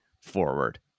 forward